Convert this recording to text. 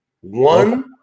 One